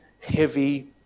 heavy